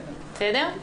בסדר?